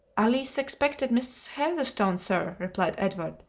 alice expected miss heatherstone, sir, replied edward,